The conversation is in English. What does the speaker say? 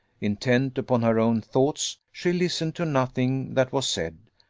intent upon her own thoughts, she listened to nothing that was said,